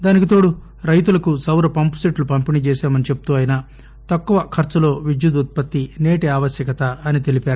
దానికితోడు రైతులకు సౌర పంపుసెట్లు పంపిణీ చేశామని చెబుతూ ఆయన తక్కువ ఖర్చులో విద్యుత్తు ఉత్పత్తి నేటి ఆవశ్యకత అని తెలిపారు